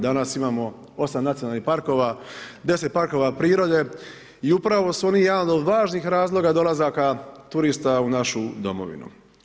Danas imamo 8 nacionalnih parkova, 10 parkova prirode i upravo su oni jedan od važnih razloga dolazaka turista u našu domovinu.